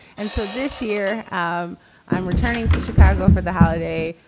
and so this year, um i'm returning to chicago for the holiday.